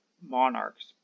monarchs